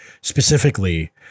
specifically